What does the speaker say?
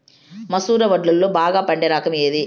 మసూర వడ్లులో బాగా పండే రకం ఏది?